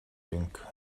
think